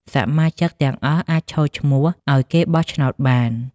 សមាជិកទាំងអស់អាចឈរឈ្មោះឱ្យគេបោះឆ្នោតបាន។